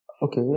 Okay